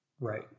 Right